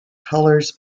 colors